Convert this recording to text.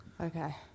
Okay